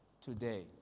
today